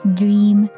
dream